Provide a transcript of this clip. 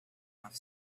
off